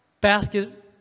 basket